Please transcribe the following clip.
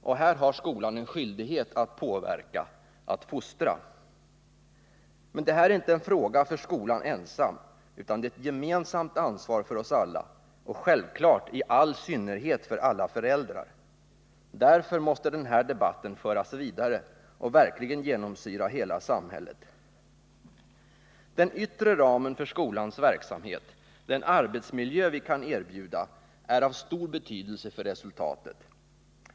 Och här har skolan en skyldighet att påverka, att fostra. Men det här är inte en fråga för skolan ensam, utan det är ett gemensamt ansvar för oss alla och självfallet i all synnerhet för alla föräldrar. Därför måste den här debatten föras vidare och verkligen genomsyra hela samhället. Den yttre ramen för skolans verksamhet, den arbetsmiljö vi kan erbjuda, är av stor betydelse för resultatet.